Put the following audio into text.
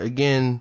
Again